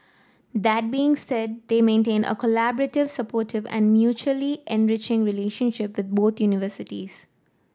that being said they maintain a collaborative supportive and mutually enriching relationship with both universities